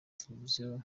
televiziyo